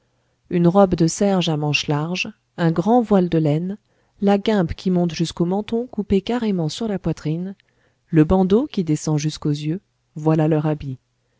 une robe de serge à manches larges un grand voile de laine la guimpe qui monte jusqu'au menton coupée carrément sur la poitrine le bandeau qui descend jusqu'aux yeux voilà leur habit